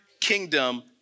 kingdom